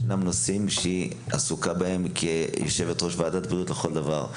היא עסוקה בנושאים אחרים כיושבת-ראש ועדת הבריאות לכל דבר.